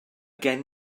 gen